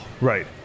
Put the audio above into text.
Right